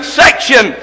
section